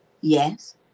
yes